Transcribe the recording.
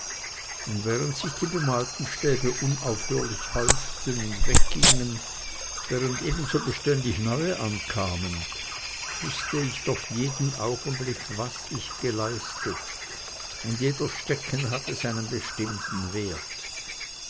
und während sich die bemalten stäbe unaufhörlich häuften und weggingen während ebenso beständig neue ankamen wußte ich doch jeden augenblick was ich geleistet und jeder stecken hatte seinen bestimmten wert